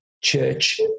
church